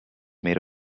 made